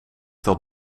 dat